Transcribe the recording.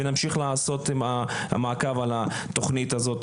ונמשיך לעשות מעקב על התכנית הזאת.